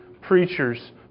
preachers